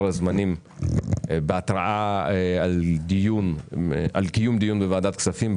זמנים בהתרעה על קיום דיון בוועדת הכספים,